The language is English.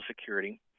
security